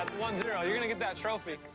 one zero. you're gonna get that trophy.